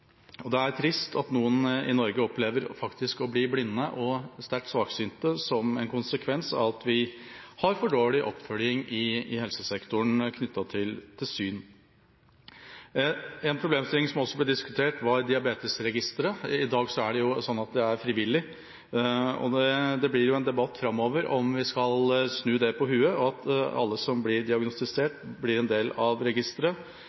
Det er trist at noen i Norge opplever å bli blinde eller sterkt svaksynte som en konsekvens av at vi har for dårlig oppfølging i helsesektoren når det gjelder syn. En problemstilling som også ble diskutert, var Diabetesregisteret. I dag er det frivillig å stå der. Det blir en debatt framover om vi skal snu det på hodet og la alle som blir diagnostisert med diabetes stå i registeret